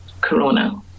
Corona